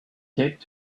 taped